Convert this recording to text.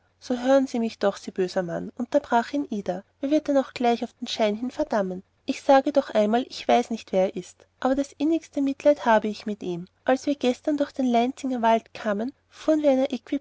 so hören sie mich doch sie böser mann unterbrach ihn ida wer wird denn auch gleich auf den schein hin verdammen ich sage noch einmal ich weiß nicht wer er ist aber das innigste mitleid habe ich mit ihm als wir gestern durch den lanzinger wald kamen fuhren wir einer